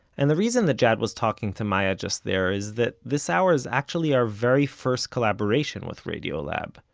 and the reason that jad was talking to maya just there is that this hour is actually our very first collaboration with radiolab.